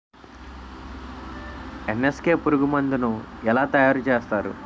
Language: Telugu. ఎన్.ఎస్.కె పురుగు మందు ను ఎలా తయారు చేస్తారు?